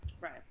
right